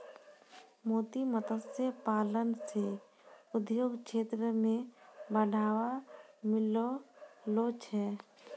मोती मत्स्य पालन से उद्योग क्षेत्र मे बढ़ावा मिललो छै